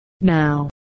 Now